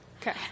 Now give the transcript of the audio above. Okay